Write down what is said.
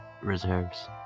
reserves